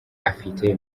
afite